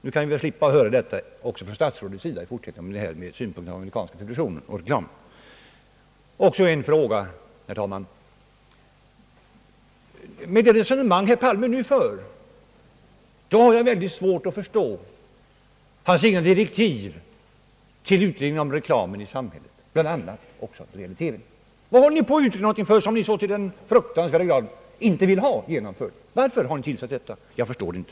Nu kan vi väl i fortsättningen få slippa att av herr Palme höra dessa synpunkter på den amerikanska televisionsreklamen. Med det resonemang som herr Palme för har jag väldigt svårt att förstå hans egna direktiv till utredningen om reklamen i samhället, bl.a. även när det gäller TV. Jag vill då ställa en fråga: Varför utreder ni någonting som ni så till den grad inte vill ha genomfört? Varför har ni tillsatt denna utredning? Jag förstår det inte.